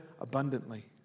abundantly